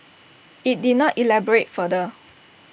IT did not elaborate further